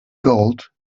gold